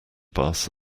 bus